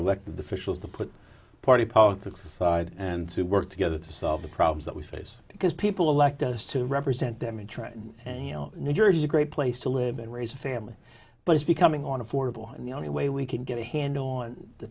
elected officials to put party politics aside and to work together to solve the problems that we face because people elect us to represent them in trenton and you know new jersey a great place to live and raise a family but it's becoming on affordable and the only way we can get a handle on the